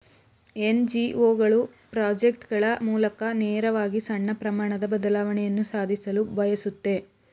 NGO ಗಳು project ಗಳ ಮೂಲಕ ನೇರವಾಗಿ ಸಣ್ಣ ಪ್ರಮಾಣದ ಬದಲಾವಣೆಯನ್ನು ಸಾಧಿಸಲು ಬಯಸುತ್ತೆ